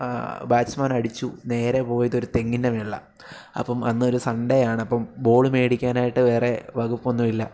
batsman അടിച്ചു നേരെ പോയത് ഒരു തെങ്ങിൻ്റെ മേളിലാണ് അപ്പം അന്നൊരു സൺഡേ ആണ് അപ്പം ബോള് മേടിക്കാനായിട്ട് വേറെ വകുപ്പൊന്നും ഇല്ല